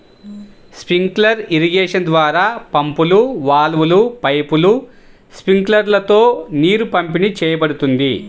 sprinkler irrigation ద్వారా పంపులు, వాల్వ్లు, పైపులు, స్ప్రింక్లర్లతో నీరు పంపిణీ చేయబడుతుంది